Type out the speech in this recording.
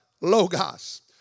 logos